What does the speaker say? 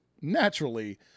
naturally –